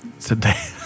today